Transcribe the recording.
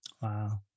Wow